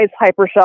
Hypershock